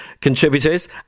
contributors